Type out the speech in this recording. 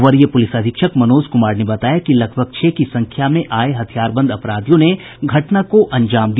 वरीय पुलिस अधीक्षक मनोज कुमार ने बताया कि लगभग छह की संख्या में आये हथियारबंद अपराधियों ने घटना को अंजाम दिया